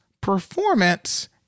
performance